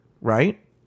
right